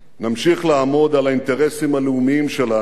נמשיך לעמוד על האינטרסים הלאומיים שלנו,